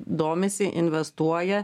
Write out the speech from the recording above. domisi investuoja